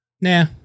Nah